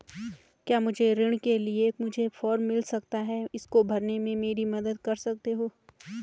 क्या मुझे ऋण के लिए मुझे फार्म मिल सकता है इसको भरने में मेरी मदद कर सकते हो?